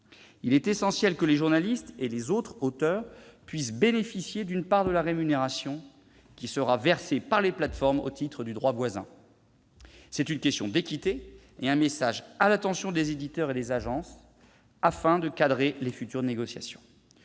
Il est essentiel que les journalistes et les autres auteurs puissent bénéficier d'une part de la rémunération qui sera versée par les plateformes au titre du droit voisin. C'est une question d'équité et un message à l'attention des éditeurs et des agences, afin de cadrer les futures négociations.